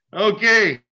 Okay